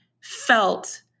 felt